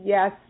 Yes